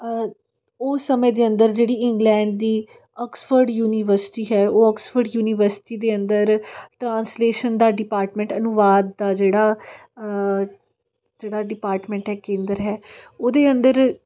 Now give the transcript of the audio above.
ਉਸ ਸਮੇਂ ਦੇ ਅੰਦਰ ਜਿਹੜੀ ਇੰਗਲੈਂਡ ਦੀ ਐਕਸਫੋਰਡ ਯੂਨੀਵਰਸਿਟੀ ਹੈ ਉਹ ਐਕਸਫੋਰਡ ਯੂਨੀਵਰਸਿਟੀ ਦੇ ਅੰਦਰ ਟਰਾਂਸਲੇਸ਼ਨ ਦਾ ਡਿਪਾਰਟਮੈਂਟ ਅਨੁਵਾਦ ਦਾ ਜਿਹੜਾ ਜਿਹੜਾ ਡਿਪਾਰਟਮੈਂਟ ਹੈ ਕੇਂਦਰ ਹੈ ਉਹਦੇ ਅੰਦਰ